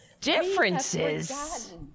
differences